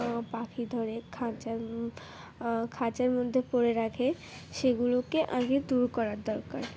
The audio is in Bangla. পাখি ধরে খাঁচা খাঁচার মধ্যে পড়ে রাখে সেগুলোকে আগে দূর করার দরকার